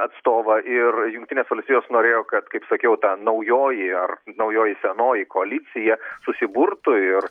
atstovą ir jungtinės valstijos norėjo kad kaip sakiau ta naujoji ar naujoji senoji koalicija susiburtų ir